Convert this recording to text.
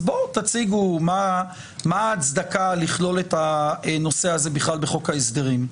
אז בואו תציגו מה ההצדקה לכלול את הנושא הזה בכלל בחוק ההסדרים.